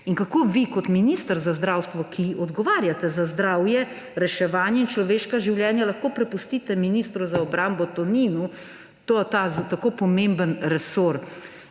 Kako vi kot minister za zdravstvo, ki odgovarjate za zdravje, reševanje in človeška življenja, lahko prepustite ministru za obrambo Toninu ta tako pomemben resor?